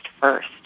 first